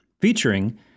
featuring